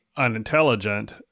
unintelligent